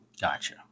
Gotcha